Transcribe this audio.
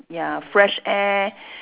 ya fresh air